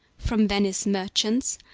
from venice merchants,